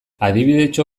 adibidetxo